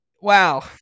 Wow